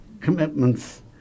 commitments